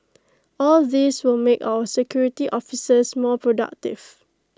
all these will make our security officers more productive